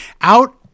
Out